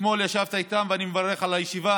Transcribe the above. אתמול ישבת איתם, ואני מברך על הישיבה.